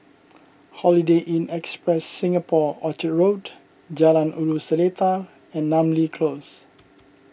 Holiday Inn Express Singapore Orchard Road Jalan Ulu Seletar and Namly Close